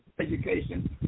education